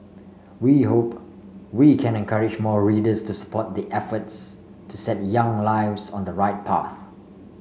we hope we can encourage more readers to support the efforts to set young lives on the right path